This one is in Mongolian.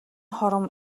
хором